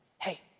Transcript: hey